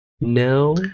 no